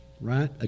right